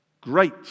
great